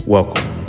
Welcome